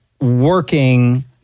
working